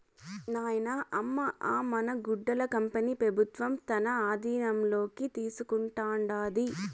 నాయనా, అమ్మ అ మన గుడ్డల కంపెనీ పెబుత్వం తన ఆధీనంలోకి తీసుకుంటాండాది